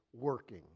working